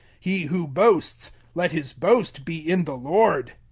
he who boasts let his boast be in the lord.